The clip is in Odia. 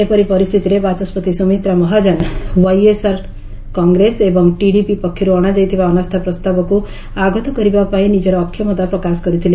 ଏପରି ପରିସ୍ଥିତିରେ ବାଚସ୍କତି ସୁମିତ୍ରା ମହାଜନ ୱାଇଏସ୍ଆର୍ କଂଗ୍ରେସ ଏବଂ ଟିଡିପି ପକ୍ଷରୁ ଅଣାଯାଇଥିବା ଅନାସ୍ଥା ପ୍ରସ୍ତାବକୁ ଆଗତ କରିବାପାଇଁ ନିଜର ଅକ୍ଷମତା ପ୍ରକାଶ କରିଥିଲେ